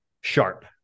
sharp